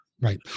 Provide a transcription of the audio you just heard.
Right